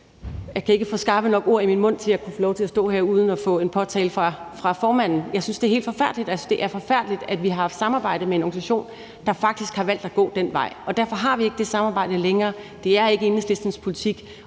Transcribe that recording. jeg kan ikke få skarpe nok ord i min mund til at kunne få lov til at stå her uden at få en påtale fra formanden. Jeg synes, det er helt forfærdeligt, og jeg synes, det er forfærdeligt, at vi har haft samarbejde med en organisation, der faktisk har valgt at gå den vej. Derfor har vi ikke det samarbejde længere. Det er ikke Enhedslistens politik,